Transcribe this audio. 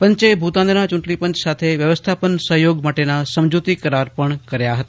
પંચે ભૂતાનના ચુંટણી પંચ સાથે વ્યવસ્થાપન સહયોગ માટેના સમજુતી કરાર પણ કર્યા હતા